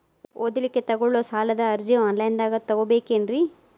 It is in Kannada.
ಓದಲಿಕ್ಕೆ ತಗೊಳ್ಳೋ ಸಾಲದ ಅರ್ಜಿ ಆನ್ಲೈನ್ದಾಗ ತಗೊಬೇಕೇನ್ರಿ?